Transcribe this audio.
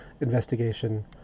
investigation